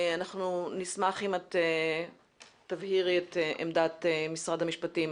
אנחנו נשמח אם תבהירי את עמדת משרד המשפטים